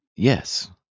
Yes